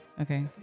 Okay